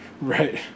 Right